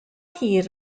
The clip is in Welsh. hir